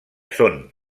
són